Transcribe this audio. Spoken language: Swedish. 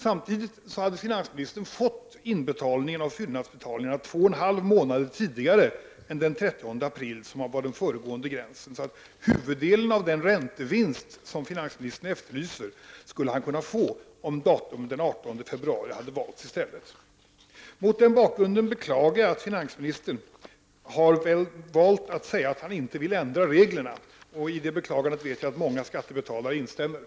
Samtidigt hade finansministern fått in fyllnadsbetalningarna två och en halv månader tidigare än den 30 april, som var den tidigare gränsen. Huvuddelen av den räntevinst som finansministern efterlyser skulle han ha kunnat få om den 18 februari hade valts i stället. Mot den bakgrunden beklagar jag att finansministern har valt att säga att han inte vill ändra reglerna, och det beklagandet vet jag att många skattebetalare instämmer i.